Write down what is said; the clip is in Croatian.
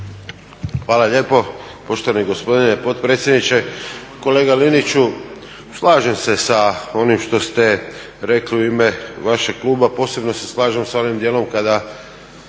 Hvala lijepo poštovani gospodine potpredsjedniče. Kolega Liniću, slažem se sa onim što ste rekli u ime vašeg kluba posebno se slažem sa onim dijelom kada